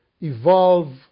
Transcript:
evolve